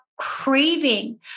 craving